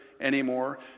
anymore